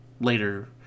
later